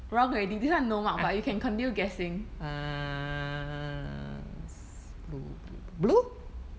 wrong already this one no mark but you can continue guessing